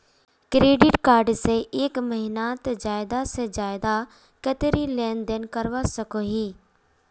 Credit card से एक महीनात ज्यादा से ज्यादा कतेरी लेन देन करवा सकोहो ही?